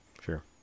Sure